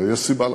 ויש סיבה לזה.